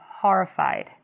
horrified